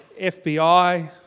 FBI